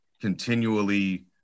continually